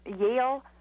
Yale